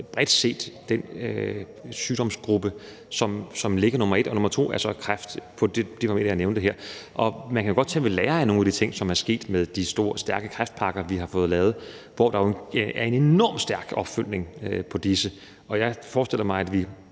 bredt set den sygdomsgruppe, der ligger nr. 1, og nr. 2 er så kræft, på de parametre, jeg nævnte her. Og man kan jo godt tage ved lære af nogle af de ting, som er sket med de stærke kræftpakker, vi har fået lavet, som der jo er en enorm stærk opfølgning på. Jeg forestiller mig ikke, at vi